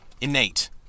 innate